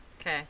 Okay